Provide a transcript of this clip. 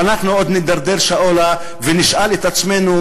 ואנחנו עוד נידרדר שאולה ונשאל את עצמנו